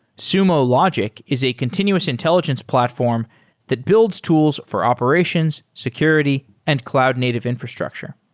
sumo logic is a continuous intelligence platform that builds tools for operations, security and cloud native infrastructure.